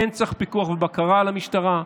כן צריך פיקוח ובקרה על משטרה.